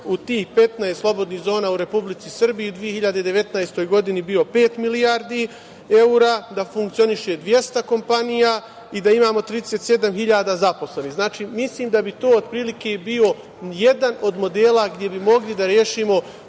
u tih 15 slobodnih zona u Republici Srbiji 2019. godini bio pet milijardi evra, da funkcioniše 200 kompanija i da imamo 37.000 zaposlenih. Mislim da to otprilike i bio jedan od modela gde bi mogli da rešimo